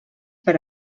per